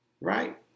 Right